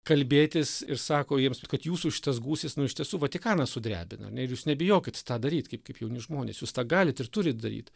kalbėtis ir sako jiems kad jūsų šitas gūsis nu iš tiesų vatikaną sudrebina ir jūs nebijokit tą daryt kaip kaip jauni žmonės jūs tą galit ir turit daryt